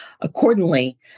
Accordingly